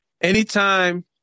anytime